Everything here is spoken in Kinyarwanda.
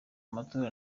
amatora